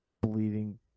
bleeding